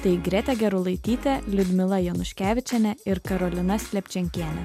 tai grėtė gerulaitytė liudmila januškevičienė ir karolina slepčenkienė